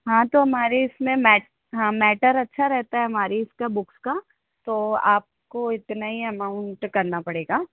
हाँ तो हमारे इसमें मैट हाँ मैटर अच्छा रहता है हमारी इसका बुक्स का तो आपको इतना ही अमाउंट करना पड़ेगा